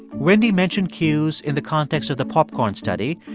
wendy mentioned cues in the context of the popcorn study.